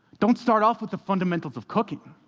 don't start off with the fundamentals of cooking.